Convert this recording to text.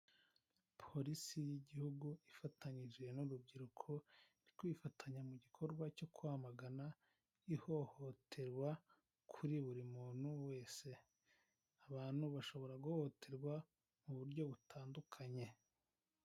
Polisi y'igihugu ifatanyije n'urubyiruko kwifatanya mu gikorwa cyo kwamagana ihohoterwa kuri buri muntu wese, abantu bashobora guhohoterwa mu buryo butandukanye.